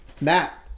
Matt